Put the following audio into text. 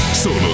Solo